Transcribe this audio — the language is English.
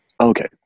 Okay